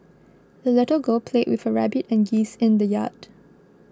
the little girl played with her rabbit and geese in the yard